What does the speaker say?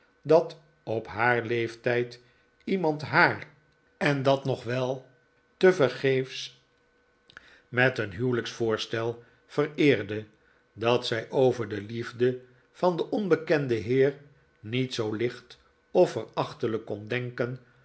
dat op haar leeftijd iemand haar en dat nog wel tevergeefs met een huwelijksvoorstel vereerde dat zij over de liefde van den onbekenden heer niet zoo licht of verachtelijk kon denken